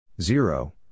Zero